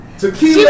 tequila